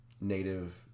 Native